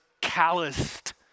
calloused